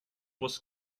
was